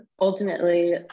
ultimately